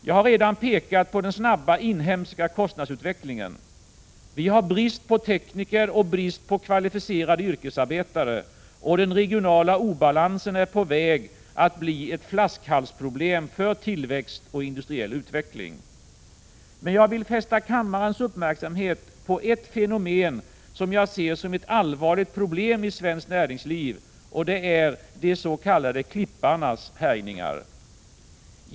Jag har redan pekat på den snabba inhemska kostnadsutvecklingen. Vi har brist på tekniker, och brist på kvalificerade yrkesarbetare, och den regionala obalansen är på väg att bli ett flaskhalsproblem för tillväxt och industriell utveckling. Men jag vill fästa kammarens uppmärksamhet på ett fenomen som jag ser som ett allvarligt problem i svenskt näringsliv och det är de s.k. klipparnas härjningar.